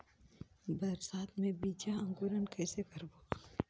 बरसात मे बीजा अंकुरण कइसे करबो?